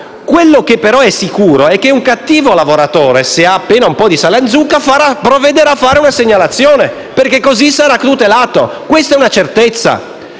Quello che però è sicuro è che un cattivo lavoratore con un po' di sale in zucca provvederà a fare una segnalazione, perché così sarà tutelato. Questa è una certezza.